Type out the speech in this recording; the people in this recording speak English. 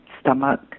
stomach